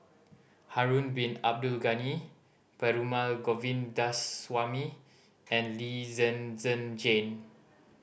Harun Bin Abdul Ghani Perumal Govindaswamy and Lee Zhen Zhen Jane